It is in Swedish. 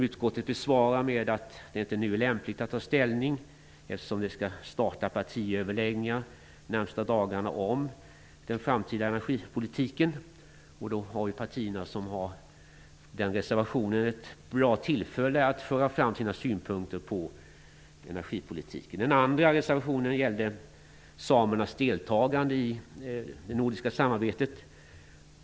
Utskottet besvarar den med att det inte är lämpligt att ta ställning till detta nu, eftersom partiöverläggningar om den framtida energipolitiken snart skall inledas. De partier som står bakom den reservationen har då ett bra tillfälle att föra fram sina synpunkter på energipolitiken. Den andra reservationen gällde samernas deltagande i det nordiska samarbetet.